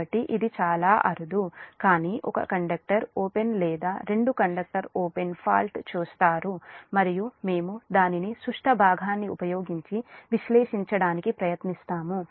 కాబట్టి ఇది చాలా అరుదు కానీ ఒక కండక్టర్ ఓపెన్ లేదా రెండు కండక్టర్ ఓపెన్ ఫాల్ట్ చూస్తారు మరియు మేము దానిని సుష్ట భాగాన్ని ఉపయోగించి విశ్లేషించడానికి ప్రయత్నిస్తాము